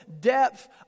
depth